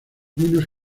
vinos